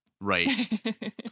Right